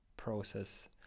process